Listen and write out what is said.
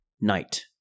Night